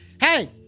Hey